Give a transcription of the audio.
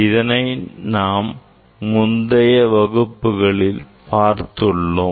இதனை நாம் முந்தைய வகுப்புகளில் பார்த்துள்ளோம்